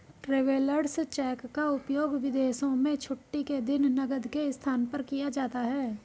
travellers cheque का उपयोग विदेशों में छुट्टी के दिन नकद के स्थान पर किया जाता है